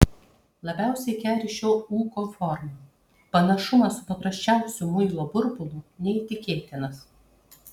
labiausiai keri šio ūko forma panašumas su paprasčiausiu muilo burbulu neįtikėtinas